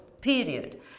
period